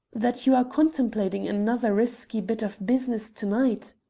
that you are contemplating another risky bit of business to-night?